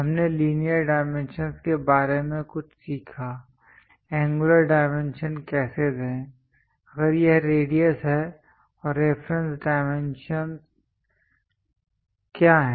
हमने linear dimensions के बारे में कुछ सीखा एंगुलर डायमेंशन कैसे दें अगर यह रेडियस है और रेफरेंस डाइमेंशंस क्या हैं